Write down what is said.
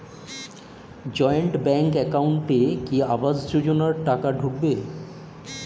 Joint bank একাউন্টে কি আবাস যোজনা টাকা ঢুকবে?